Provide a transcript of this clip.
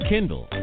Kindle